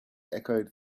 echoed